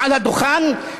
מעל הדוכן,